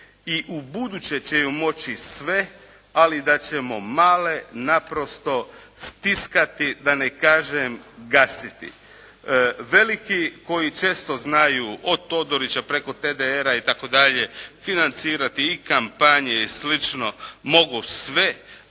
i ubuduće će moći sve, ali da ćemo male naprosto stiskati, da ne kažem, gasiti. Veliki koji često znaju, od Todorića preko TDR-a itd. financirati i kampanje i slično, mogu sve, ali